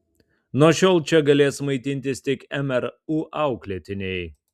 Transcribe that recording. nuo šiol čia galės maitintis tik mru auklėtiniai